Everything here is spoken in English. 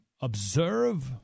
observe